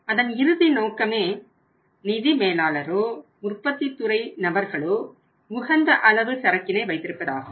அதன் இறுதி நோக்கமே நிதி மேலாளரோ உற்பத்தித்துறை நபர்களோ உகந்த அளவு சரக்கினை வைத்திருப்பதாகும்